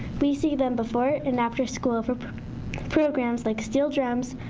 we see them before and after school for programs like steel drums,